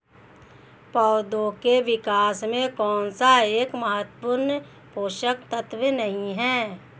पौधों के विकास में कौन सा एक महत्वपूर्ण पोषक तत्व नहीं है?